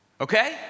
okay